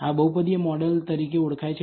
આ બહુપદી મોડેલ તરીકે ઓળખાય છે